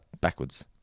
backwards